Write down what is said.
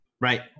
Right